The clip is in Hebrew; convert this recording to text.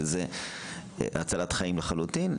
שזאת הצלת חיים לחלוטין,